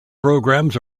programs